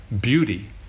beauty